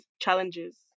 challenges